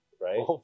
Right